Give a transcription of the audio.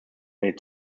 made